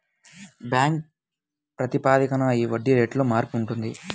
bank ప్రాతిపదికన ఈ వడ్డీ రేటులో మార్పు ఉంటుంది